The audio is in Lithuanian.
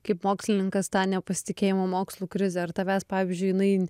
kaip mokslininkas tą nepasitikėjimą mokslų krize ar tavęs pavyzdžiui jinai